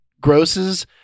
Grosses